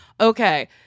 Okay